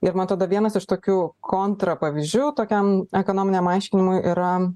ir man atrodo vienas iš tokių kontra pavyzdžių tokiam ekonominiam aiškinimui yra